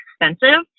expensive